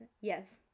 Yes